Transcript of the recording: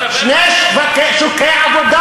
אתה מקדם, שני שוקי עבודה.